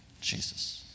Jesus